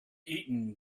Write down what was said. eaten